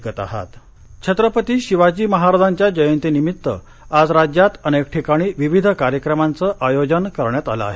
शिवजयंती छत्रपती शिवाजी महाराजांच्या जयंती निमित्त आज राज्यात अनेक ठिकाणी विविध कार्यक्रमांचं आयोजन करण्यात आल आहे